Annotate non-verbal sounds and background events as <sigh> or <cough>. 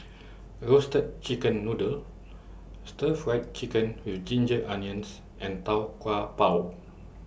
<noise> Roasted Chicken Noodle Stir Fried Chicken with Ginger Onions and Tau Kwa Pau